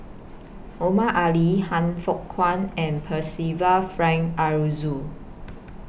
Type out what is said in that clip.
Omar Ali Han Fook Kwang and Percival Frank Aroozoo